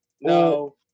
no